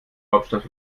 hauptstadt